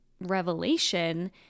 revelation